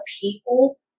people